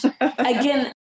again